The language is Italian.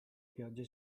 piogge